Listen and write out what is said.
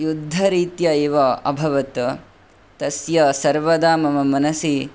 युद्धरीत्या एव अभवत् तस्य सर्वदा मम मनसि